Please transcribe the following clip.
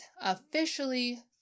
officially